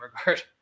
regard